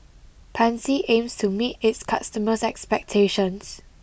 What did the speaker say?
Pansy aims to meet its customers' expectations